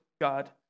God